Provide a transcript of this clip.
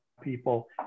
people